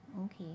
Okay